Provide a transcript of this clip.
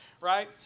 right